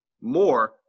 more